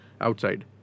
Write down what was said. outside